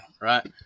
Right